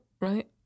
right